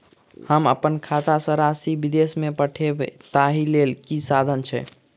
हम अप्पन खाता सँ राशि विदेश मे पठवै ताहि लेल की साधन छैक?